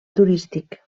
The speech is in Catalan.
turístic